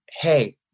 hey